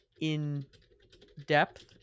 in-depth